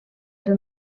era